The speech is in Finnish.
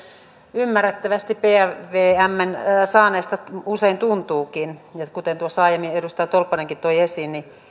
ymmärrettävästi pvmn saaneista usein tuntuu ja kuten tuossa aiemmin edustaja tolppanenkin toi esiin niin